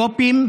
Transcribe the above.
אתיופים,